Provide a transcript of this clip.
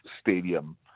Stadium